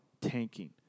tanking